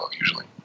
usually